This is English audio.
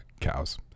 cows